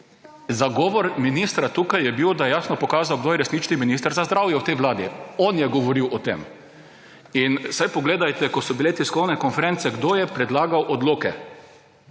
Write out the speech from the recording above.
Zagovor ministra tukaj je bil, da je jasno pokazal, kdo je resnični minister za zdravje v tej vladi. On je govoril o tem. Saj, poglejte, ko so bile tiskovne konference, kdo je predlagal odloke.